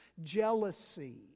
jealousy